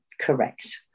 correct